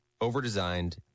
overdesigned